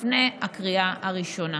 תוחזר לוועדת השרים לחקיקה לפני הקריאה הראשונה.